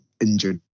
injured